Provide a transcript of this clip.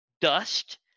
dust